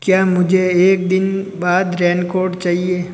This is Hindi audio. क्या मुझे एक दिन बाद रैनकोट चाहिए